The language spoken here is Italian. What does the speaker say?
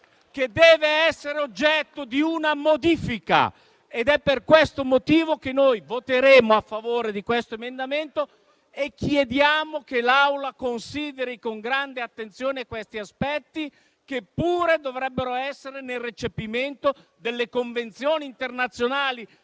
che deve essere oggetto di una modifica. È per questo motivo che noi voteremo a favore di questo emendamento. Chiediamo che l'Assemblea consideri con grande attenzione questi aspetti, che pure dovrebbero essere nel recepimento delle convenzioni internazionali